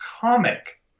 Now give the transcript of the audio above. comic